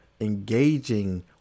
engaging